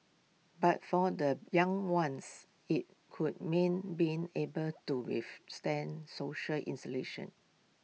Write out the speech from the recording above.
but for the young ones IT could mean being able to withstand social isolation